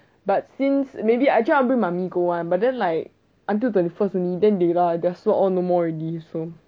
but since maybe actually I want to bring mummy go [one] but then like until twenty first only then they lah their slot all no more already